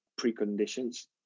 preconditions